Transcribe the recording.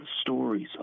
stories